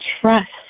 trust